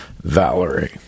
Valerie